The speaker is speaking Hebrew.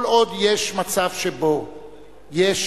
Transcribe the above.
כל עוד יש מצב שבו יש